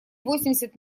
восемьдесят